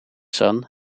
son